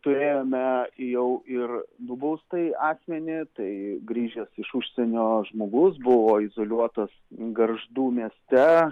turėjome jau ir nubaustąjį asmenį tai grįžęs iš užsienio žmogus buvo izoliuotas gargždų mieste